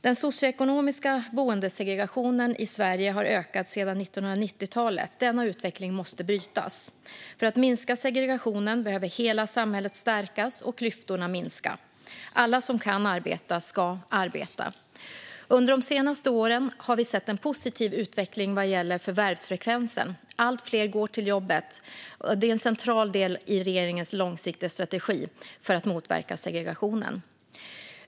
Den socioekonomiska boendesegregationen i Sverige har ökat sedan 1990-talet. Denna utveckling måste brytas. För att minska segregationen behöver hela samhället stärkas och klyftorna minska. Alla som kan arbeta ska arbeta. Under de senaste åren har vi sett en positiv utveckling vad gäller förvärvsfrekvensen. Att fler går till jobbet är en central del i regeringens långsiktiga strategi för att motverka segregationen.